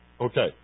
Okay